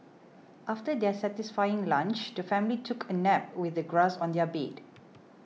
after their satisfying lunch the family took a nap with the grass on their bed